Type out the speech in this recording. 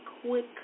quick